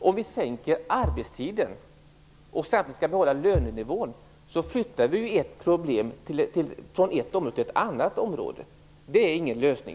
Om vi sänker arbetstiden och samtidigt skall behålla lönenivån, så flyttar vi problemet från ett område till ett annat. Det är ingen lösning.